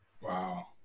Wow